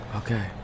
Okay